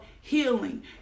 healing